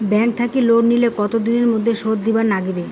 Bank থাকি loan নিলে কতো দিনের মধ্যে শোধ দিবার নাগিবে?